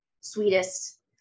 sweetest